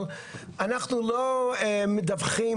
אבל אנחנו לא מדווחים,